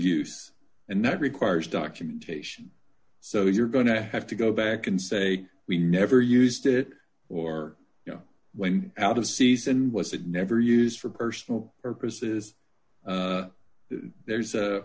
use and that requires documentation so you're going to have to go back and say we never used it or know when out of season was it never used for personal purposes there's a